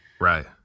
Right